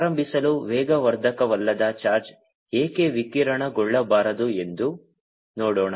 ಪ್ರಾರಂಭಿಸಲು ವೇಗವರ್ಧಕವಲ್ಲದ ಚಾರ್ಜ್ ಏಕೆ ವಿಕಿರಣಗೊಳ್ಳಬಾರದು ಎಂದು ನೋಡೋಣ